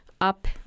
up